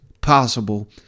possible